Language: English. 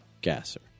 gasser